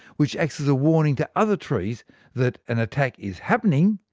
which acts as a warning to other trees that an attack is happening,